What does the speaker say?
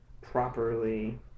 properly